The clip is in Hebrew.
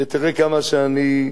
ותראה כמה שאני,